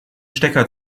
stecker